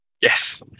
Yes